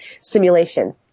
Simulation